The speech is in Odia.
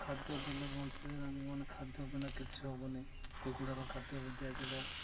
ଖାଦ୍ୟ ଦେଲେ ବଞ୍ଚିବେ ତାଙ୍କ ଜୀବନେ ଖାଦ୍ୟ ବିିନା କିଛି ହବନି କୁକୁଡ଼ାର ଖାଦ୍ୟ ବି ଦିଆଯିବ